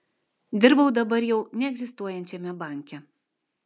dirbau dabar jau neegzistuojančiame banke